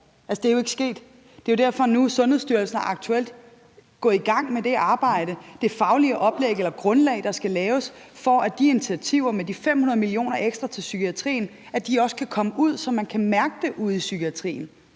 det er jo ikke sket. Det er jo derfor, at Sundhedsstyrelsen nu aktuelt er gået i gang med det arbejde, det faglige oplæg eller det grundlag, der skal laves, for at de initiativer med de 500 mio. kr. ekstra til psykiatrien også kan komme ud, så man kan mærke det ude i psykiatrien.